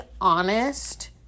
honest